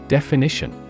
Definition